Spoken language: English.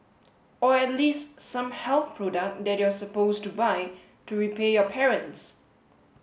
or at least some health product that you're supposed to buy to repay your parents